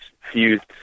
fused